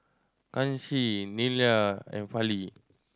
Kanshi Neila and Fali